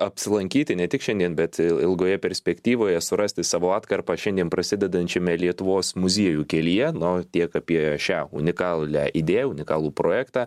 apsilankyti ne tik šiandien bet ilgoje perspektyvoje surasti savo atkarpą šiandien prasidedančiame lietuvos muziejų kelyje na o tiek apie šią unikalią idėją unikalų projektą